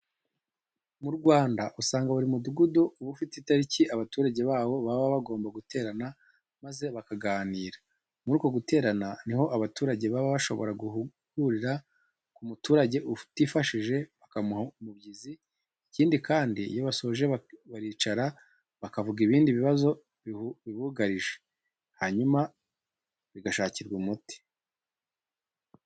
Mu Rwanda usanga buri mudugudu uba ufite itariki abaturage bawo baba bagomba guterana maze bakaganira. Muri uko guterana ni ho abaturage baba bashobora guhurira ku muturage utifashije bakamuha umubyizi. Ikindi kandi, iyo basoje baricara bakavuga ibindi bibazo bibugarije hanyuma bigashakirwa umuti.